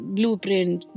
Blueprint